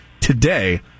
today